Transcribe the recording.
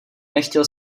nechtěl